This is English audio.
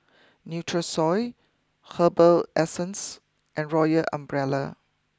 Nutrisoy Herbal Essences and Royal Umbrella